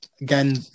again